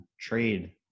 trade